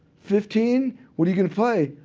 fifteen. what are you going to play?